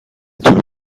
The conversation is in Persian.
طول